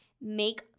make